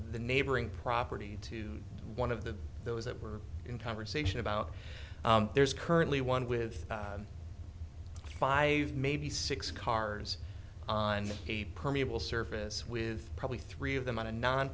the neighboring property to one of the those that were in conversation about there's currently one with five maybe six cars on a permeable surface with probably three of them on a n